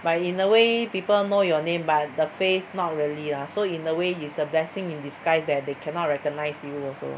but in a way people know your name but the face not really lah so in a way is a blessing in disguise that they cannot recognize you also